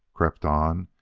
crept on,